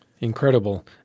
Incredible